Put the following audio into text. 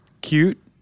Cute